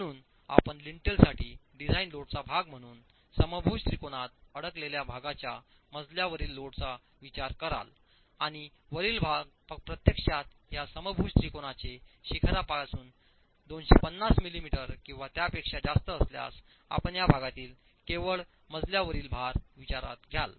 म्हणून आपण लिंटलसाठी डिझाइन लोडचा भाग म्हणून समभुज त्रिकोणात अडकलेल्या भागाच्या मजल्यावरील लोडचा विचार कराल आणि वरील भाग प्रत्यक्षात या समभुज त्रिकोणाचे शिखरापासून 250 मिमी किंवा त्यापेक्षा जास्त असल्यास आपण या भागातील केवळ मजल्यावरील भार विचारात घ्याल